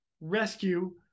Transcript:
rescue